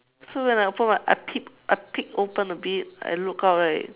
so when I open my I peep I peep open a bit I look out right